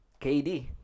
KD